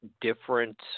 different